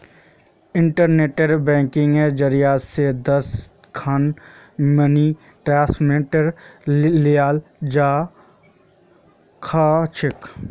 internet बैंकिंगेर जरियई स दस खन मिनी स्टेटमेंटक लियाल जबा स ख छ